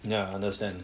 ya I understand